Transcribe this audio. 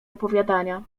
opowiadania